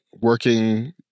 working